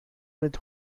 mit